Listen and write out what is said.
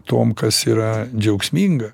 tuom kas yra džiaugsminga